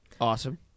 Awesome